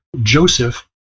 Joseph